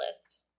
list